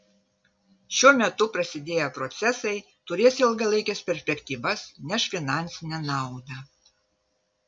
šiuo metu prasidėję procesai turės ilgalaikes perspektyvas neš finansinę naudą